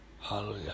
Hallelujah